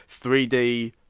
3d